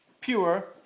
Pure